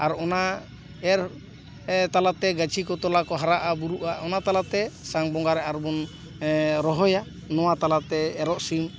ᱟᱨ ᱚᱱᱟ ᱮᱨ ᱛᱟᱞᱟᱛᱮ ᱜᱟᱪᱷᱤ ᱠᱚ ᱛᱚᱞᱟ ᱠᱚ ᱦᱟᱨᱟᱜᱼᱟ ᱵᱩᱨᱩᱜᱼᱟ ᱚᱱᱟ ᱛᱟᱞᱟᱛᱮ ᱥᱟᱱ ᱵᱚᱸᱜᱟ ᱨᱮ ᱟᱨᱚ ᱵᱚᱱ ᱨᱚᱦᱚᱭᱟ ᱱᱚᱣᱟ ᱛᱟᱞᱟᱛᱮ ᱮᱨᱚᱜ ᱥᱤᱢ